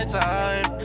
time